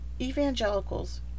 evangelicals